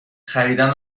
خریدن